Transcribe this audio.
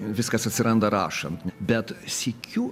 viskas atsiranda rašan bet sykiu